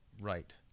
Right